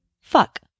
Fuck